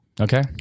Okay